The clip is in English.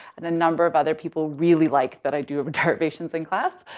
and a number of other people really like that i do but derivations in class.